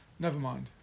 Nevermind